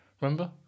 Remember